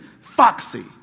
Foxy